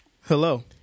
Hello